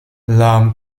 lam